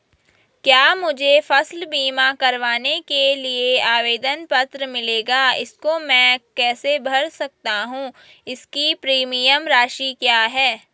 क्या मुझे फसल बीमा करवाने के लिए आवेदन पत्र मिलेगा इसको मैं कैसे भर सकता हूँ इसकी प्रीमियम राशि क्या है?